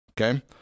okay